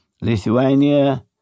Lithuania